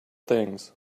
things